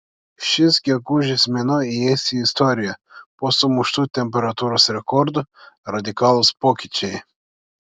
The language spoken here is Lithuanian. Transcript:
šis gegužės mėnuo įeis į istoriją po sumuštų temperatūros rekordų radikalūs pokyčiai